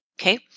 okay